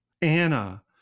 Anna